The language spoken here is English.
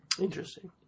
Interesting